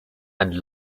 and